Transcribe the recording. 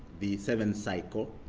the seventh cycle.